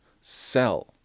cell